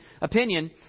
opinion